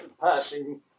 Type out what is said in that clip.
passing